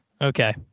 Okay